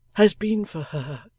has been for her.